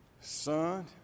Son